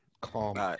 Calm